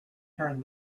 turn